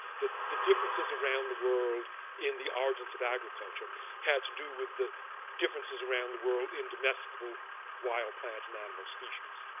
the the differences around the world in the origins of agriculture had to do with the differences around the world in domesticable wild plant and animal species.